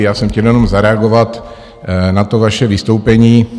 Já jsem chtěl jenom zareagovat na to vaše vystoupení.